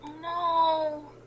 No